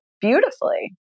beautifully